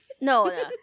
no